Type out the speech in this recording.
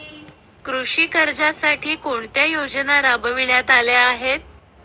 कृषी कर्जासाठी कोणत्या योजना राबविण्यात आल्या आहेत?